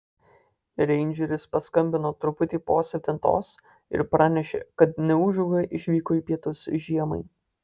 reindžeris paskambino truputį po septintos ir pranešė kad neūžauga išvyko į pietus žiemai